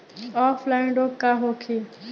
Offline रोग का होखे?